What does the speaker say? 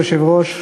אדוני היושב-ראש,